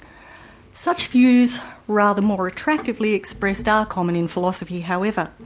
such views rather more attractively expressed are common in philosophy however.